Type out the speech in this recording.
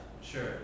sure